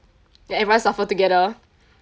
ya everyone suffer together